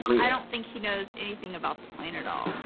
i don't think he knows anything about the plane at all.